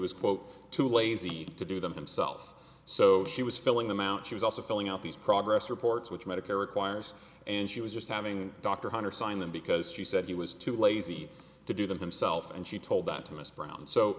was quote too lazy to do them himself so she was filling them out she was also filling out these progress reports which medicare requires and she was just having dr hunter signed them because she said he was too lazy to do them himself and she told that to miss brown so